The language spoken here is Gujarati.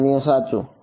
સામાન્ય સાચું